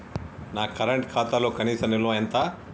నా కరెంట్ ఖాతాలో కనీస నిల్వ ఎంత?